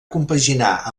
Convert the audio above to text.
compaginar